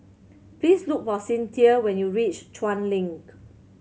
please look for Cynthia when you reach Chuan Link